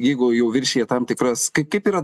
jeigu jau viršija tam tikras kaip kaip yra